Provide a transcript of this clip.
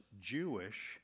Jewish